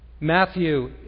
Matthew